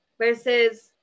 versus